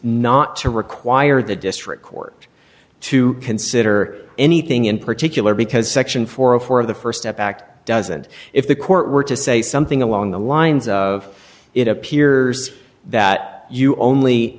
not to require the district court to consider anything in particular because section four of four of the st act doesn't if the court were to say something along the lines of it appears that you only